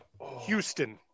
Houston